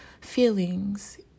feelings